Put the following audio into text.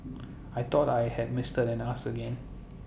I thought I had Mister and asked again